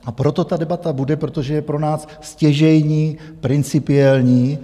A proto ta debata bude, protože je pro nás stěžejní, principiální.